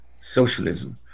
socialism